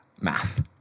math